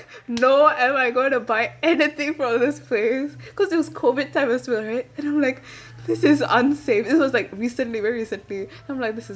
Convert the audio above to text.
no am I going to buy anything from this place because this was COVID time as well right and I'm like this is unsafe this was like recently very recently I'm like this is